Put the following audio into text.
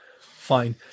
fine